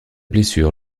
blessure